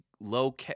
low